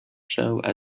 show